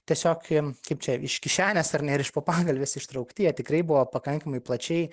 tiesiog kaip čia iš kišenės ar ne ir iš po pagalvės ištraukti jie tikrai buvo pakankamai plačiai